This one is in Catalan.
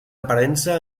aparença